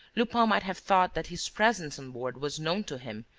lupin might have thought that his presence on board was known to him,